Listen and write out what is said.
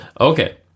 Okay